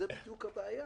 זאת בדיוק הבעיה,